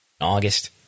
august